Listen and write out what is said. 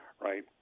right